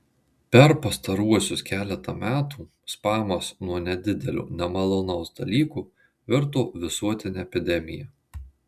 per pastaruosius keletą metų spamas nuo nedidelio nemalonaus dalyko virto visuotine epidemija